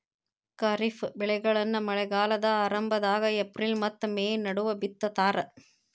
ಖಾರಿಫ್ ಬೆಳೆಗಳನ್ನ ಮಳೆಗಾಲದ ಆರಂಭದಾಗ ಏಪ್ರಿಲ್ ಮತ್ತ ಮೇ ನಡುವ ಬಿತ್ತತಾರ